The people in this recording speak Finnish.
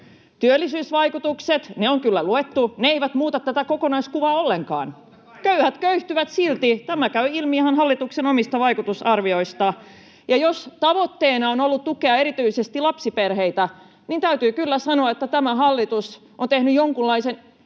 Työllisyysvaikutukset on kyllä luettu — ne eivät muuta tätä kokonaiskuvaa ollenkaan. [Ben Zyskowicz: Totta kai ne muuttavat!] Köyhät köyhtyvät silti, tämä käy ilmi ihan hallituksen omista vaikutusarvioista. Ja jos tavoitteena on ollut tukea erityisesti lapsiperheitä, niin täytyy kyllä sanoa, että tämä hallitus on tehnyt jonkunlaisen